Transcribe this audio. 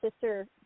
sister